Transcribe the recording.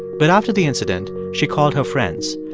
but after the incident, she called her friends.